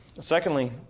Secondly